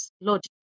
logic